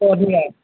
କହିଲା